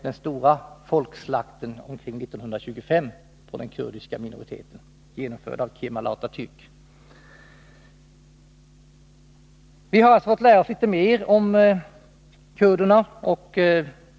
Den stora folkslakten på den kurdiska minoriteten genomfördes av Kemal Atatärk omkring 1925. Vi har alltså fått lära oss litet mer om kurderna.